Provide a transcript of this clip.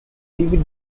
david